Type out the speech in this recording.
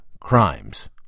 crimes